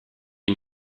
une